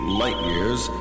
light-years